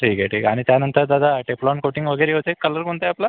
ठीक आहे ठीक आणि त्यानंतर दादा टेफ्लॉन कोटींग वगैरे होते कलर कोणता आहे आपला